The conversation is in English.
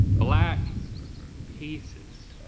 black pieces.